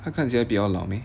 他看起来比较老 meh